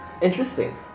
Interesting